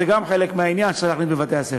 גם זה חלק מהעניין שצריך להכניס לבתי-הספר.